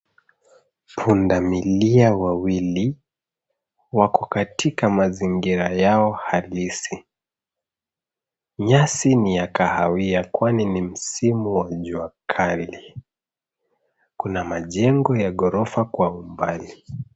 Pundamilia wawili wako katika mazingira yao halisi. Nyasi ni ya kahawia kwani ni msimu wa jua kali. Kuna majengo ya gorofa kwa umbali.